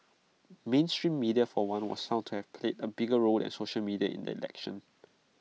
mainstream media for one was sound that A bigger role than social media in the election